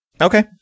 Okay